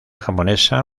japonesa